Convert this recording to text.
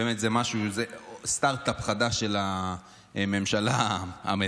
באמת, זה משהו, זה סטרטאפ חדש של הממשלה המטורפת